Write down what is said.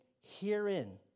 Herein